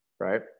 Right